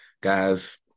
guys